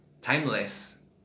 timeless